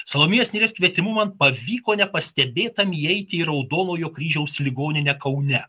salomėjos nėries kvietimu man pavyko nepastebėtam įeiti į raudonojo kryžiaus ligoninę kaune